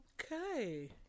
Okay